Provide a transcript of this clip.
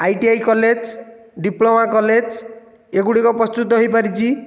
ITI college diploma college ଏଗୁଡ଼ିକ ପ୍ରସ୍ତୁତ ହେଇପାରିଛି